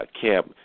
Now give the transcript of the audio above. camp